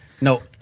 No